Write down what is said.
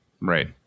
Right